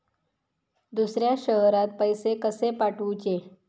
दुसऱ्या शहरात पैसे कसे पाठवूचे?